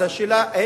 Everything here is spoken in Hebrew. אז השאלה היא,